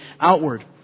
outward